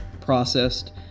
processed